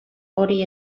hori